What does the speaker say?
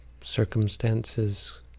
circumstances